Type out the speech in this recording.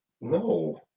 No